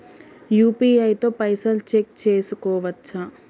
UPI తో పైసల్ check చేసుకోవచ్చా?